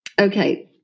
okay